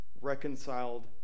reconciled